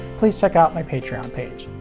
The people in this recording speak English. please check out my patreon page.